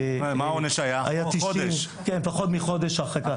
העונש היה פחות מחודש הרחקה.